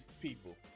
people